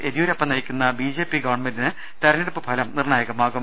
യെദിയൂരപ്പ നയിക്കുന്ന ബിജെപി ഗവൺമെന്റിന് തെര ഞ്ഞെടുപ്പ് ഫലം നിർണായകമാകും